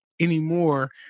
anymore